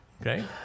okay